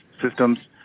systems